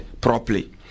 properly